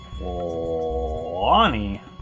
Lonnie